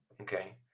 Okay